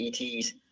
ETs